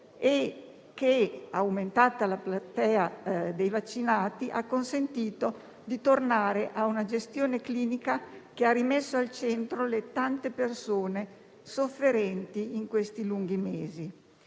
e, aumentata la platea dei vaccinati, si è potuto tornare a una gestione clinica che ha rimesso al centro le tante persone sofferenti in questi lunghi mesi.